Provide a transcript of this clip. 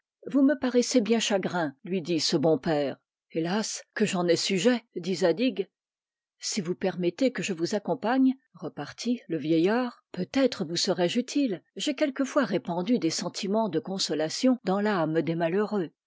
vous me paraissez bien chagrin lui dit ce bon père hélas que j'en ai sujet dit zadig si vous permettez que je vous accompagne repartit le vieillard peut-être vous serai-je utile j'ai quelquefois répandu des sentiments de consolation dans l'âme des malheureux